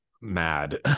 mad